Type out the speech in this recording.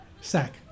sack